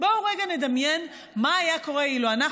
בואו רגע נדמיין מה היה קורה אילו אנחנו,